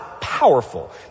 powerful